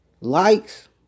Likes